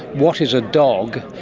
what is a dog,